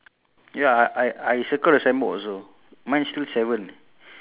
ya I circle ya